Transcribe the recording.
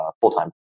full-time